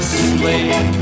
slave